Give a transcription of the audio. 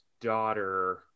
daughter